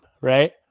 Right